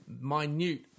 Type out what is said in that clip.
minute